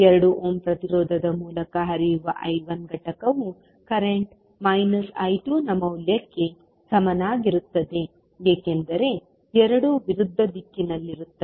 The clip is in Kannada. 2 ಓಮ್ ಪ್ರತಿರೋಧದ ಮೂಲಕ ಹರಿಯುವ I1 ಘಟಕವು ಕರೆಂಟ್ I2 ನ ಮೌಲ್ಯಕ್ಕೆ ಸಮನಾಗಿರುತ್ತದೆ ಏಕೆಂದರೆ ಎರಡೂ ವಿರುದ್ಧ ದಿಕ್ಕಿನಲ್ಲಿರುತ್ತವೆ